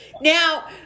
Now